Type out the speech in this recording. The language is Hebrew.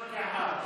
אה, אוקיי.